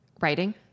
writing